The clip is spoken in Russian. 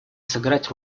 сыграть